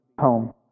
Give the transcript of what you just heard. home